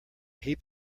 heap